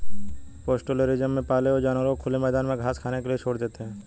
pastoralism में पाले हुए जानवरों को खुले मैदान में घास खाने के लिए छोड़ देते है